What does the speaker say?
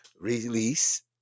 release